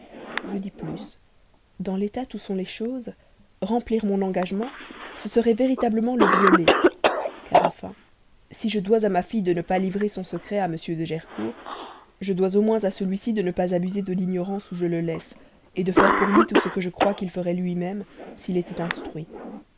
je dis plus dans l'état où sont les choses remplir mon engagement ce serait véritablement le violer car enfin si je dois à ma fille de ne pas livrer son secret à m de gercourt je dois au moins à celui-ci de ne pas abuser de l'ignorance où je le laisse de faire pour lui tout ce que je crois qu'il ferait lui-même s'il était instruit